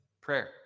prayer